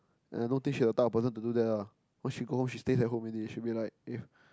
and I don't think she the type of person to do that lah once she go home she stays at home already she'll be like eh